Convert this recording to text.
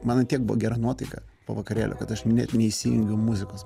man ant tiek buvo gera nuotaika po vakarėlio kad aš net neįsijungiau muzikos